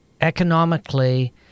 economically